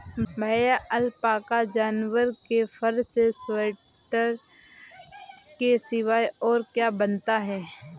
भैया अलपाका जानवर के फर से स्वेटर के सिवाय और क्या बनता है?